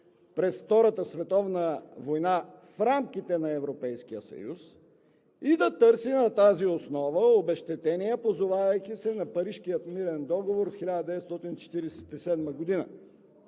през Втората световна война в рамките на Европейския съюз и да търси на тази основа обезщетение, позовавайки се на Парижкия мирен договор от 1947 г.?!